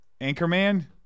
Anchorman